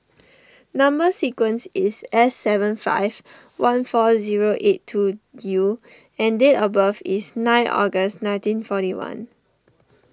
Number Sequence is S seven five one four zero eight two U and date of birth is nine August nineteen forty one